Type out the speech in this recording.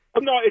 no